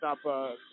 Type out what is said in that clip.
stop